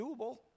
doable